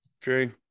True